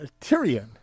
Tyrion